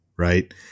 right